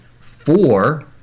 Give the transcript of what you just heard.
four